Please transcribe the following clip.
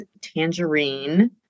tangerine